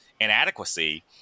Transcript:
inadequacy